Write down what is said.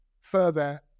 further